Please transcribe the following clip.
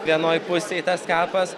vienoj pusėj tas kapas